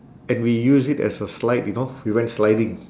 and we use it as a slide you know we went sliding